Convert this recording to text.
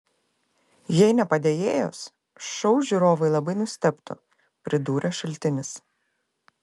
jei ne padėjėjos šou žiūrovai labai nustebtų pridūrė šaltinis